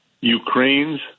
Ukraine's